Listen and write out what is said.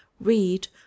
read